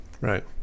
Right